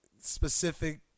specific